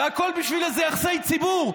והכול בשביל איזה יחסי ציבור,